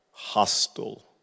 hostile